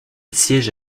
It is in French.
siège